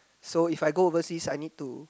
so if I go overseas I need to